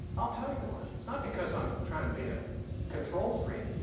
i'll tell you why. it's not because i'm trying to be a control freak.